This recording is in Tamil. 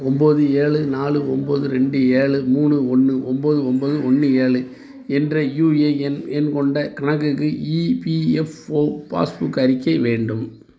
ஒன்போது ஏழு நாலு ஒன்போது ரெண்டு ஏழு மூணு ஒன்று ஒன்போது ஒன்போது ஒன்று ஏழு என்ற யுஏஎன் எண் கொண்ட கணக்குக்கு இபிஎஃப்ஓ பாஸ்புக் அறிக்கை வேண்டும்